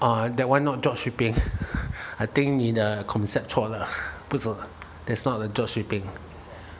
oh that [one] not drop shipping I think 你的 concept 错了不是 that's not a drop shipping